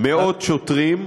מאות שוטרים,